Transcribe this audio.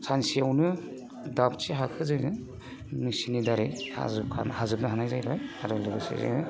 सानसेयावनो दाबसे हाखौ जोङो मेसिननि दारै हाजोबनो हानाय जाहैबाय आरो लोगोसे जोङो